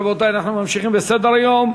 רבותי, אנחנו ממשיכים בסדר-היום: